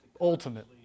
ultimate